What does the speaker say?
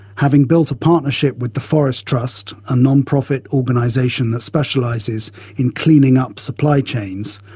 having built a partnership with the forest trust, a nonprofit organisation that specialises in cleaning up supply chains,